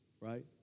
right